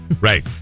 Right